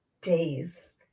days